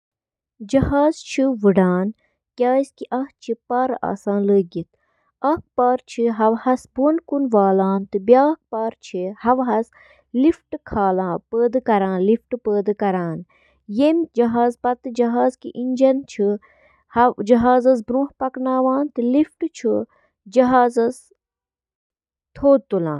refrigerator چھِ fridge کِس أنٛدرِمِس حصہٕ پٮ۪ٹھ گرمی ہٹاونہٕ خٲطرٕ ریفریجرنٹُک بند نظام استعمال کٔرِتھ کٲم کران، یُس کھٮ۪ن تازٕ تھاوان چھُ: